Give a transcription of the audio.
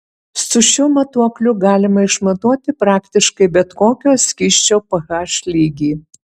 su šiuo matuokliu galima išmatuoti praktiškai bet kokio skysčio ph lygį